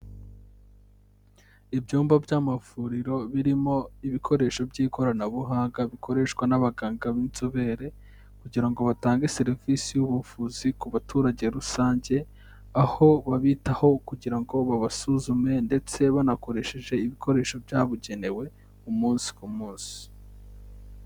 Ibyumba by'amavuriro birimo ibikoresho by'ikoranabuhanga bikoreshwa n'abaganga b'inzobere kugira ngo batange serivisi y'ubuvuzi ku baturage rusange, aho babitaho kugira ngo babasuzume ndetse banakoresheje ibikoresho byabugenewe umunsi ku munsi.